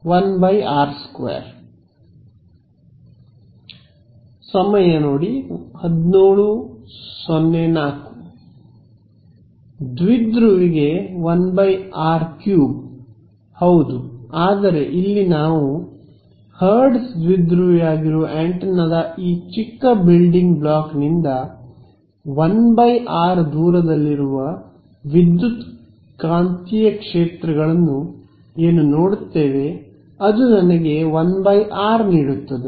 1 ಆರ್2 ವಿದ್ಯಾರ್ಥಿ ದ್ವಿಧ್ರುವಿಗೆ 1 ಆರ್೩ ಹೌದು ಆದರೆ ಇಲ್ಲಿ ನಾವು ಹರ್ಟ್ಜ್ ದ್ವಿಧ್ರುವಿಯಾಗಿರುವ ಆಂಟೆನಾದ ಈ ಚಿಕ್ಕ ಬಿಲ್ಡಿಂಗ್ ಬ್ಲಾಕ್ನಿಂದ 1 r ದೂರದಲ್ಲಿರುವ ವಿದ್ಯುತ್ಕಾಂತೀಯ ಕ್ಷೇತ್ರಗಳನ್ನು ಏನು ನೋಡುತ್ತೇವೆ ಅದು ನನಗೆ 1 r ನೀಡುತ್ತದೆ